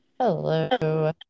hello